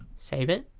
save it